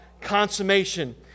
consummation